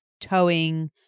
towing